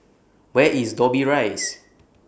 Where IS Dobbie Rise